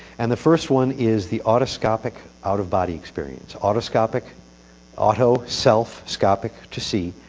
and the first one is the autoscopic out-of-body experience autoscopic auto self. scopic to see.